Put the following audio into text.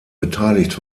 beteiligt